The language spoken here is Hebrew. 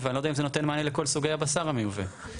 יש,